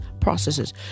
processes